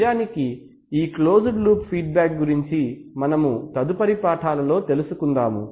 నిజానికి ఈ closed loop feedback గురించి మనము తదుపరి పాఠాలలో తెలుసుకుందాము